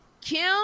Kim